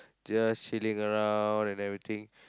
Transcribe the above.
just chilling around and everything